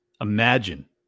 imagine